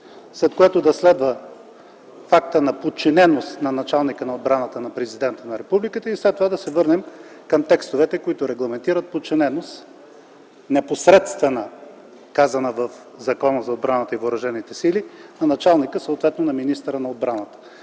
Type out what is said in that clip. след което да следва фактът на подчиненост на началника на отбраната на Президента на Републиката. После да се върнем към текстовете, които регламентират непосредствена подчиненост, както е казано в Закона за отбраната и въоръжените сили, на началника на отбраната съответно на министъра на отбраната.